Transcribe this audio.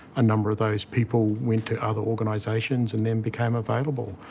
a number of those people went to other organisations and then became available.